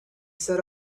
set